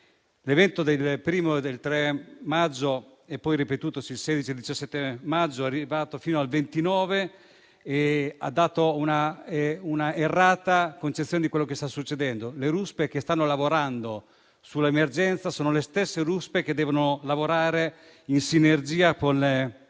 L'evento del 3 maggio, poi ripetutosi il 16 e 17 maggio e arrivato fino al 29, ha dato un'errata percezione di quello che sta succedendo. Le ruspe che stanno lavorando sull'emergenza sono le stesse che devono lavorare in sinergia con il